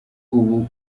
ubu